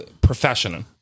professional